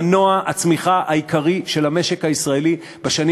מנוע הצמיחה העיקרי של המשק הישראלי בשנים